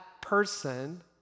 person